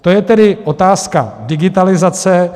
To je tedy otázka digitalizace.